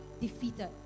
defeated